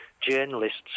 journalists